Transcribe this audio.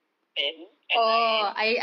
fan and I